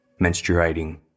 Menstruating